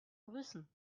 grüßen